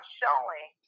showing